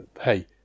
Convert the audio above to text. hey